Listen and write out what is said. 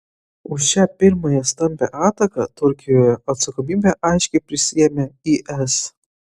už šią pirmąją stambią ataką turkijoje atsakomybę aiškiai prisiėmė is